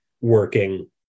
working